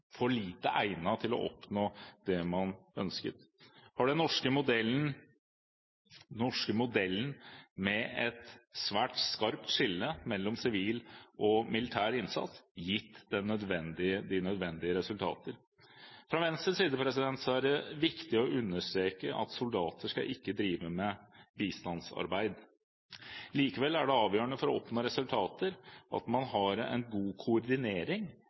for lite egnet til å oppnå det man ønsket? Har den norske modellen, med et svært skarpt skille mellom sivil og militær innsats, gitt de nødvendige resultater? Fra Venstres side er det viktig å understreke at soldater ikke skal drive med bistandsarbeid. Likevel er det avgjørende for å oppnå resultater at man har en god